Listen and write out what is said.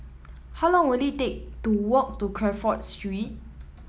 how long will it take to walk to Crawford Street